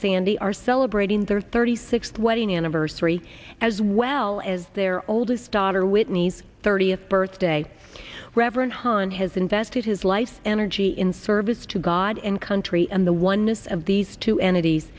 sandy are celebrating their thirty sixth wedding anniversary as well as their oldest daughter whitney's thirtieth birthday reverend hahn has invested his life energy in service to god and country and the oneness of these two entities